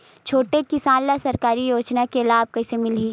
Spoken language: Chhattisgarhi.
छोटे किसान ला सरकारी योजना के लाभ कइसे मिलही?